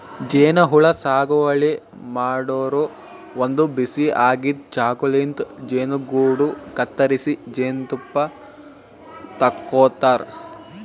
ಜೇನಹುಳ ಸಾಗುವಳಿ ಮಾಡೋರು ಒಂದ್ ಬಿಸಿ ಆಗಿದ್ದ್ ಚಾಕುಲಿಂತ್ ಜೇನುಗೂಡು ಕತ್ತರಿಸಿ ಜೇನ್ತುಪ್ಪ ತಕ್ಕೋತಾರ್